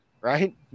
right